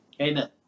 Amen